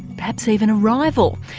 perhaps even a rival?